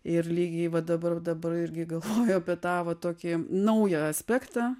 ir lygiai va dabar dabar irgi galvoju apie tą vat tokį naują aspektą